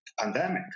pandemic